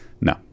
no